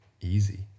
easy